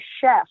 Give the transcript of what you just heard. chef